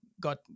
got